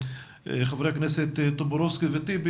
חברי הכנסת טופורובסקי וטיבי,